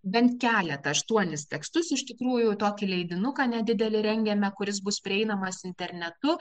bent keletą aštuonis tekstus iš tikrųjų tokį leidinuką nedidelį rengiame kuris bus prieinamas internetu